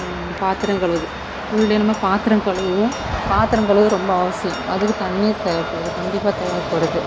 பாத்ரம் கழுவுகிறது full day நம்ம பாத்ரம் கழுவுவோம் பாத்ரம் கழுவ ரொம்ப அவசியம் அதுக்கு தண்ணீர் தேவைப்படுது கண்டிப்பாக தேவைப்படுது